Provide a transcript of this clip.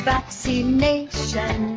Vaccination